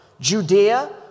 Judea